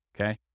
okay